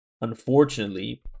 unfortunately